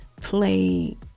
play